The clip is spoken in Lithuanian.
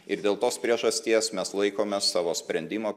ir dėl tos priežasties mes laikomės savo sprendimo